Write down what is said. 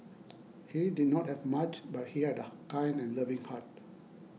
he did not have much but he had a kind and loving heart